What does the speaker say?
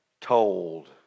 told